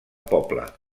poble